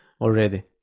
already